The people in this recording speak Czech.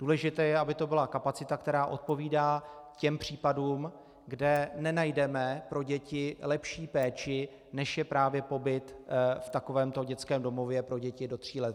Důležité je, aby to byla kapacita, která odpovídá těm případům, kde nenajdeme pro děti lepší péči, než je právě pobyt v takovémto dětském domově pro děti do tří let.